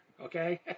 Okay